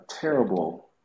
terrible